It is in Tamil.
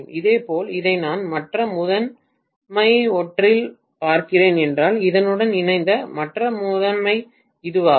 இதேபோல் இதை நான் மற்ற முதன்மை ஒன்றில் பார்க்கிறேன் என்றால் இதனுடன் இணைந்த மற்ற முதன்மை இதுவாகும்